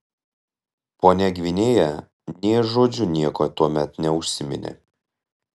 ponia gvinėja nė žodžiu nieko tuomet neužsiminė